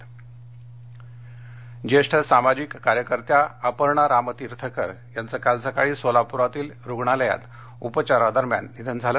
निधन रामतीर्थकर सोलापर ज्येष्ठ सामाजिक कार्यकर्त्या अपर्णा रामतीर्थकर यांचं काल सकाळी सोलापूरातील रुग्णालयात उपचारादरम्यान निधन झालं